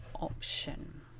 option